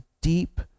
deep